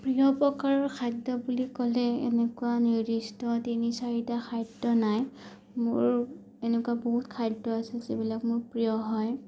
প্ৰিয় প্ৰকাৰৰ খাদ্য বুলি ক'লে এনেকুৱা নিৰ্দিষ্ট তিনি চাৰিটা খাদ্য নাই মোৰ এনেকুৱা বহুত খাদ্য আছে যিবিলাক মোৰ প্ৰিয় হয়